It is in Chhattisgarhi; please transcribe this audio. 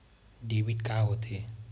डेबिट का होथे?